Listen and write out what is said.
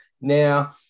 Now